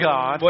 God